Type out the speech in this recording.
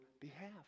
behalf